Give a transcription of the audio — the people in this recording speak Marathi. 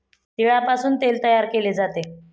तिळापासून तेल तयार केले जाते